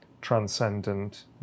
transcendent